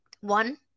One